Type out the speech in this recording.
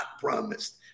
promised